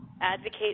advocate